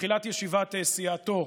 בתחילת ישיבת סיעתו,